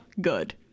good